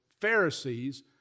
Pharisees